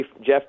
Jeff